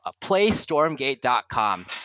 playstormgate.com